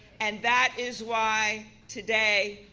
and that is why, today,